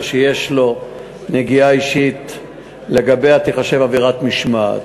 שיש לו נגיעה אישית בה תיחשב עבירת משמעת.